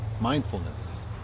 mindfulness